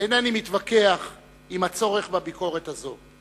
אינני מתווכח עם הצורך בביקורת הזו.